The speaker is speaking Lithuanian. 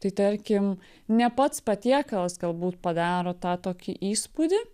tai tarkim ne pats patiekalas galbūt padaro tą tokį įspūdį